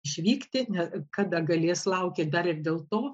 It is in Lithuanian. išvykti net kada galės laukė dar ir dėl to